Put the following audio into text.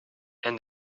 and